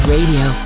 Radio